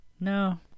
No